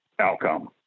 outcome